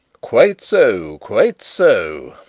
quite so quite so,